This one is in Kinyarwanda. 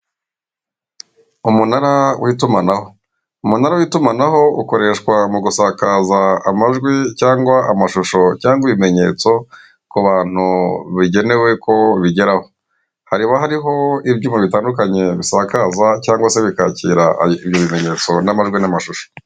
Umunara w'itumanaho; umunara w'itumanaho ukoreshwa mu gusakaza amajwi cyangwa amashusho cyangwa ibimenyetso ku bantu bigenewe ko bigeraho, haba hariho ibyuma bitandukanye bisakaza cyangwa se bikakira ibi bimenyetso n'amajwi n'amashusho.